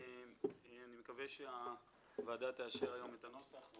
אני מקווה שהוועדה תאשר היום את הנוסח והוא